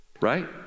Right